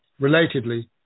Relatedly